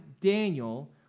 Daniel